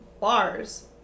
bars